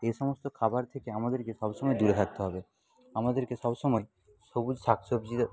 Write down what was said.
এ সমস্ত খাবার থেকে আমাদেরকে সব সময় দূরে থাকতে হবে আমাদেরকে সব সময় সবুজ শাক সবজিরও